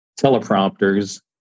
teleprompters